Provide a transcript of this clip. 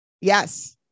Yes